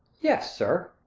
yes, sir.